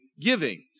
giving